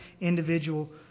individual